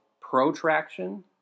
protraction